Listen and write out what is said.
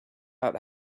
out